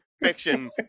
fiction